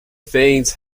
veins